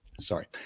Sorry